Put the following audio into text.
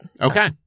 Okay